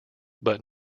but